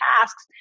tasks